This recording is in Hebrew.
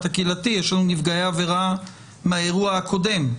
הקהילתי אלא יש לנו נפגעי עבירה מהאירוע הקודם.